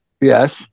Yes